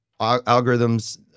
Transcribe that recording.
algorithms